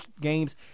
games